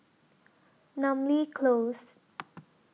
Namly Close